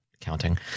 counting